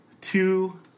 two